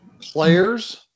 players